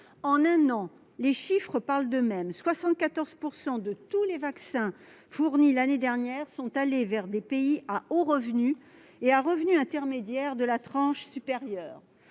En un an, les chiffres parlent d'eux-mêmes : 74 % de tous les vaccins fournis l'année dernière sont allés vers des pays à haut revenu ou de la tranche supérieure